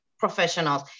professionals